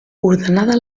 ordenada